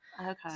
Okay